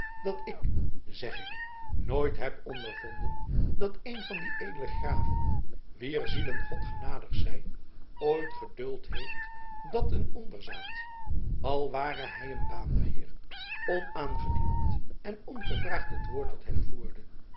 dat ik zeg ik nooit heb ondervonden dat een van die edele graven wier zielen god genadig zij ooit geduld heeft dat een onderzaat al ware hij een baanderheer onaangediend en ongevraagd het woord tot hem voerde